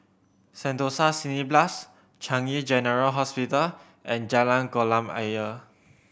Sentosa Cineblast Changi General Hospital and Jalan Kolam Ayer